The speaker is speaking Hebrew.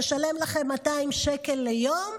נשלם לכם 200 שקל ליום,